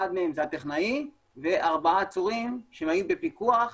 אחד מהם הוא הטכנאי וארבעה שהיו בפיקוח.